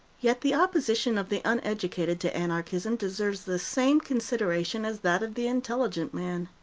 yet the opposition of the uneducated to anarchism deserves the same consideration as that of the intelligent man.